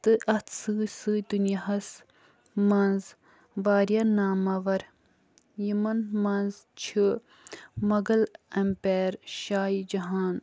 تہٕ اَتھ سۭتۍ سۭتۍ دُنیاہَس منٛز واریاہ ناماور یِمن منٛز چھِ مۄغل ایپیر شاہ جہان